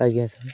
ଆଜ୍ଞା ସାର୍